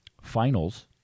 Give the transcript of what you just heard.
finals